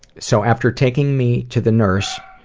so after taking me to the nurse,